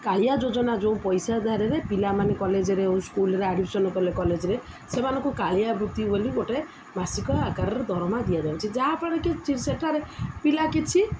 କାଳିଆ ଯୋଜନା ଯେଉଁ ପଇସା ଧାରରେ ପିଲାମାନେ କଲେଜରେ ଓ ସ୍କୁଲରେ ଆଡ଼ମିଶନ୍ କଲେ କଲେଜରେ ସେମାନଙ୍କୁ କାଳିଆ ବୃତ୍ତି ବୋଲି ଗୋଟେ ମାସିକ ଆକାରରେ ଦରମା ଦିଆଯାଉଛି ଯାହାଫଳରେ କି ସେଠାରେ ପିଲା କିଛି